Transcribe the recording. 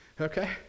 Okay